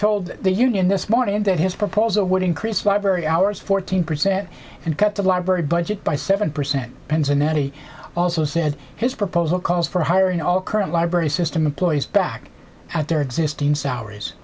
told the union this morning that his proposal would increase library hours fourteen percent and cut the library budget by seven percent penza ninety also said his proposal calls for hiring all current library system employees back at their existing salaries